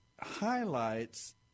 highlights